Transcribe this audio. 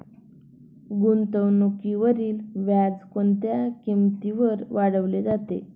गुंतवणुकीवरील व्याज कोणत्या किमतीवर काढले जाते?